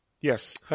Yes